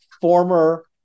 former